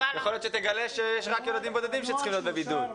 יכול להיות שתגלה שיש רק ילדים בודדים שצריכים להיות בבידוד.